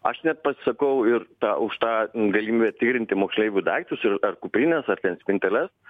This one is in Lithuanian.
aš net pasisakau ir tą už tą galimybę tikrinti moksleivių daiktus ir ar kuprines ar ten spinteles